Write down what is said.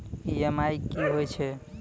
EMI कि होय छै?